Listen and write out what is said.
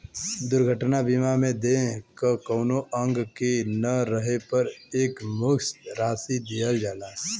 दुर्घटना बीमा में देह क कउनो अंग के न रहे पर एकमुश्त राशि दिहल जाला